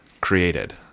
created